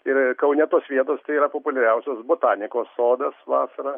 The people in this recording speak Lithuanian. ir kaune tos vietos tai yra populiariausios botanikos sodas vasarą